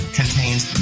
contains